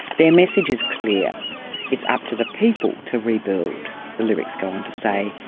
their message is clear it's up to the people to rebuild. the lyrics go on to say,